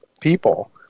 people